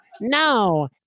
No